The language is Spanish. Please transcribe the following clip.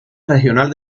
regional